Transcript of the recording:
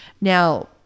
Now